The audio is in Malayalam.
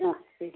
ആ ശരി